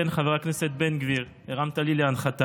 כן, חבר הכנסת בן גביר, הרמת לי להנחתה.